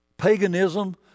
Paganism